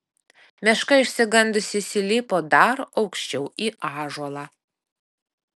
meška išsigandusi įsilipo dar aukščiau į ąžuolą